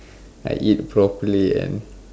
I eat properly and